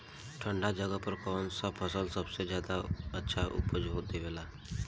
ठंढा जगह पर कौन सा फसल सबसे ज्यादा अच्छा उपज देवेला?